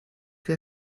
wir